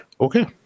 Okay